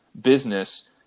business